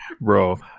bro